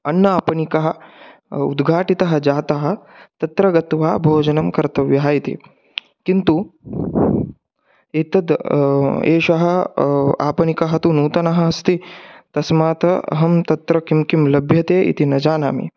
अन्न आपणिकः उद्घाटितः जातः तत्र गत्वा भोजनं कर्तव्यम् इति किन्तु एतद् एषः आपणिकः तु नूतनः अस्ति तस्मात् अहं तत्र किं किं लभ्यते इति न जानामि